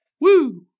Woo